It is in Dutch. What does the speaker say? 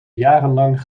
jarenlang